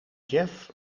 jef